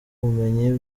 bumenyi